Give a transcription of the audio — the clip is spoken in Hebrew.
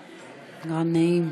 גנאים.